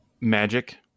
magic